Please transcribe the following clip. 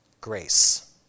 grace